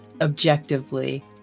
objectively